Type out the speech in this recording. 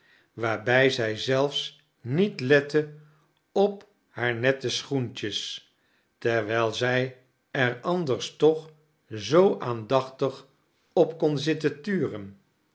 waarbij zij zelfs niet lette op haar nette schoentje terwijl zij er anders toch zoo aandachtdg op kon zitten turen